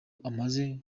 umaze